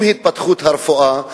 עם התפתחות הרפואה,